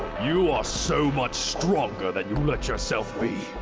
you are so much stronger than you let yourself be.